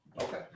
Okay